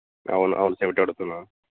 అవునవును సెవెంటీ అడుగుతున్నాను